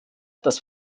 dass